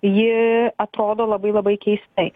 ji atrodo labai labai keistai